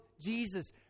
Jesus